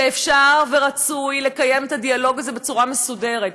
ואפשר ורצוי לקיים את הדיאלוג הזה בצורה מסודרת.